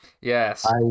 yes